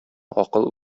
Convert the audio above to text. акыл